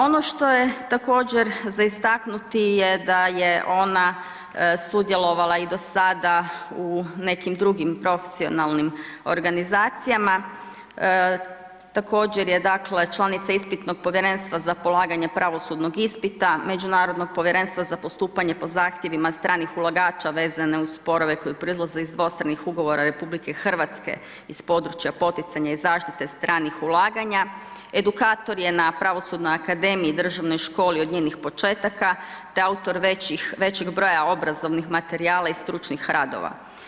Ono što je također za istaknuti je da je ona sudjelovala i do sada u nekim drugim profesionalnim organizacijama, također je dakle članica Ispitnog povjerenstva za polaganje pravosudnog ispita, Međunarodnog povjerenstva za postupanje po zahtjevima stranih ulagača vezane uz sporove koji proizlaze iz dvostranih ugovora RH iz područja poticanja i zaštite stranih ulaganja, edukator je na Pravosudnoj akademiji Državnoj školi od njenih početaka te autor većih obrazovnih materijala i stručnih radova.